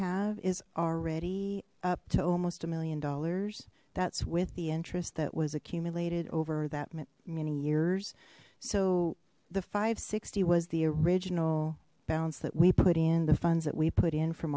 have is already up to almost a million dollars that's with the interest that was accumulated over that many years so the five sixty was the original bounce that we put in the funds that we put in from